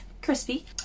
Crispy